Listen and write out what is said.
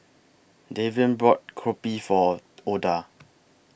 Davian bought Kopi For Oda